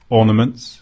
ornaments